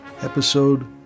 Episode